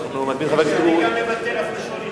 אני גם מוותר, אפילו שלא נרשמתי.